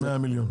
עד 100 מיליון.